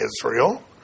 Israel